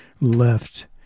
Left